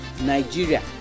Nigeria